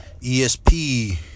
esp